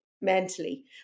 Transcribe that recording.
mentally